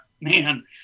man